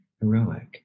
heroic